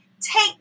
take